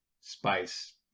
spice